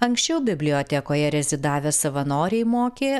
anksčiau bibliotekoje rezidavę savanoriai mokė